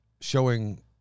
showing